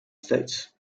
states